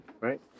right